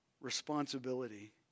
responsibility